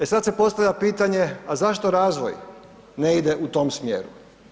E sad se postavlja pitanje a zašto razvoj ne ide u tom smjeru?